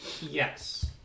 Yes